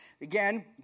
Again